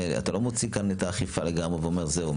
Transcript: אתה לא מוציא כאן את האכיפה לגמרי ואומר זהו,